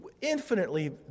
infinitely